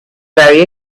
very